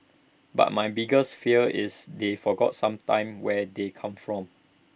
but my biggers fear is they forget sometimes where they come from